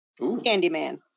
Candyman